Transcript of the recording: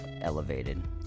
elevated